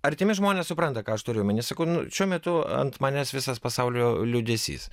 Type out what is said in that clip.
artimi žmonės supranta ką aš turiu omeny sakau nu šiuo metu ant manęs visas pasaulio liūdesys